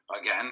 Again